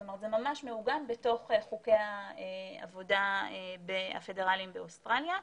זאת אומרת זה ממש מעוגן בתוך חוקי העבודה הפדרליים באוסטרליה.